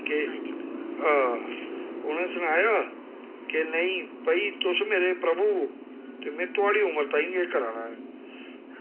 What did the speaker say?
आ उ'नें सनाया कि नेईं भई तुस मेरे प्रभु ओ ते में थुआढ़ी उमर ताहीं एह् करा ना ऐं